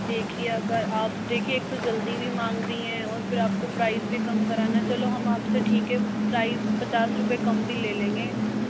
देखिये अगर आप देखिये एक तो जल्दी भी मांग रही हैं और फ़िर आपको प्राइस भी कम भी कराना है चलो हम आपसे ठीक है प्राइस पचास रुपये कम भी ले लेंगे